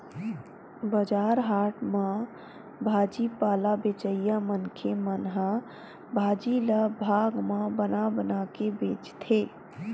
बजार हाट म भाजी पाला बेचइया मनखे मन ह भाजी ल भाग म बना बना के बेचथे